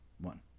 one